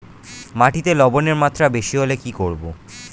মাটিতে লবণের মাত্রা বেশি হলে কি করব?